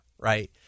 Right